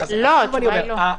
"על אף האמור בסעיף קטן (א)